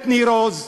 מנהרת ניר-עוז,